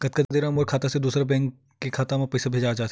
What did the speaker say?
कतका देर मा मोर खाता से दूसरा बैंक के खाता मा पईसा भेजा जाथे?